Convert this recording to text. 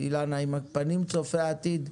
עם פנים צופי עתיד,